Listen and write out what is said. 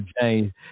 James